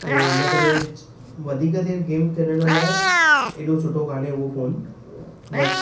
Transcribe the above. पोइ हिन करे वधीक देर गैम्स खेॾण लाइ हेॾो सुठो कान्हे उहो फोन बट